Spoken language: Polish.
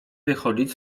wychodzić